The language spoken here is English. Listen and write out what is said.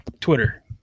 Twitter